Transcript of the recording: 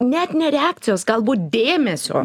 net ne reakcijos galbūt dėmesio